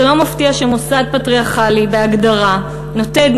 זה לא מפתיע שמוסד פטריארכלי בהגדרה נותן